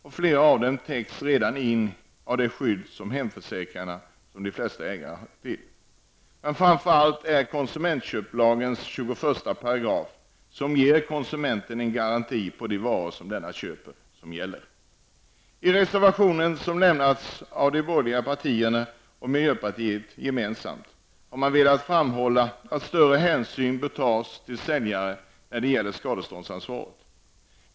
Flera av dem täcks redan in av skyddet i hemförsäkringarna, som de flesta är ägare till, men framför allt av konsumentköplagen 21 §, som ger konsumenten en garanti på de varor denne köper. I reservationen som lämnats av de borgerliga partierna och miljöpartiet gemensamt, har man velat framhålla att större hänsyn bör tas till säljaren när det gäller skadeståndsansvaret.